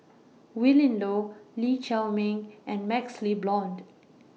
Willin Low Lee Chiaw Meng and MaxLe Blond